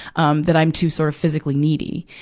um, that i'm too, sort of, physically needy.